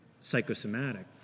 psychosomatic